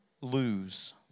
lose